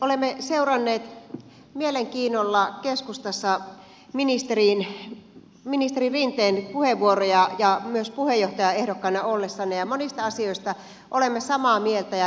olemme seuranneet mielenkiinnolla keskustassa ministeri rinteen puheenvuoroja myös puheenjohtajaehdokkaana ollessanne ja monista asioista olemme samaa mieltä